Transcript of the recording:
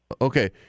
Okay